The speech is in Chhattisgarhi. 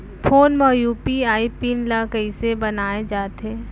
फोन म यू.पी.आई पिन ल कइसे बनाये जाथे?